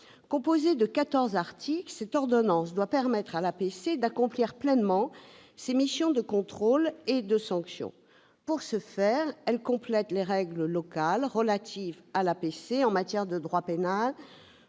Composée de quatorze articles, cette ordonnance doit permettre à l'APC d'accomplir pleinement ses missions de contrôle et de sanction. Pour ce faire, elle complète les règles locales relatives à l'APC en matière de droit pénal,